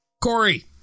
Corey